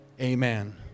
amen